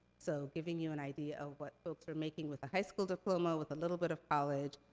so, giving you an idea of what folks are making with a high school diploma, with a little bit of college,